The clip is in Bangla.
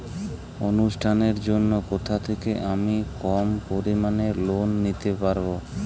অনুষ্ঠানের জন্য কোথা থেকে আমি কম পরিমাণের লোন নিতে পারব?